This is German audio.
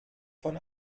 von